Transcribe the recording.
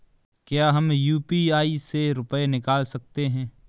क्या हम यू.पी.आई से रुपये निकाल सकते हैं?